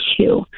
two